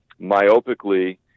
myopically